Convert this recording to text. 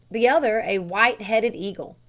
the other a white-headed eagle!